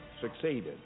succeeded